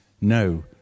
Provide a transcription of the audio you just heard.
no